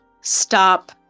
stop